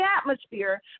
atmosphere